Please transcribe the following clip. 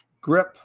grip